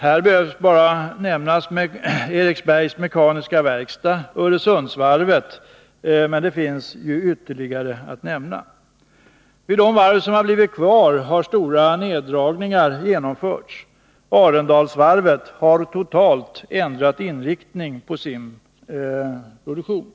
Här behöver bara nämnas Eriksbergs mekaniska verkstad och Öresundsvarvet, men det finns ytterligare exempel. Vid de varv som har blivit kvar har stora neddragningar genomförts. Arendalsvarvet har totalt ändrat inriktning på sin produktion.